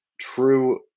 true